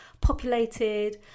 populated